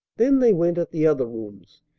then they went at the other rooms,